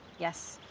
yes,